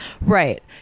Right